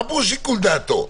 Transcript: מה פירוש שיקול דעתו?